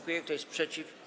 Kto jest przeciw?